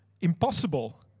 Impossible